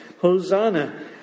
Hosanna